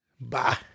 bye